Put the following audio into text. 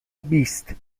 بیست